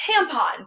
tampons